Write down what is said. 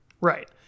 Right